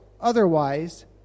Otherwise